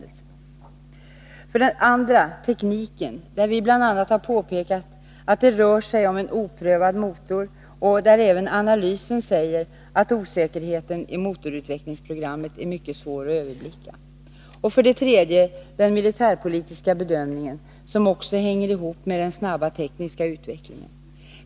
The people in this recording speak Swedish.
Den andra invändningen gäller tekniken. Vi har bl.a. påpekat att det rör sig om en oprövad motor, och även analysen säger att ”säkerheten i motorutvecklingsprogrammet är mycket svår att överblicka”. Den tredje gäller den militärpolitiska bedömningen, som också hänger ihop med den snabba tekniska utvecklingen.